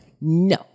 no